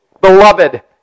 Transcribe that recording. Beloved